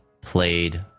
played